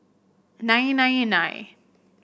nine nine nine